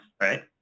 Right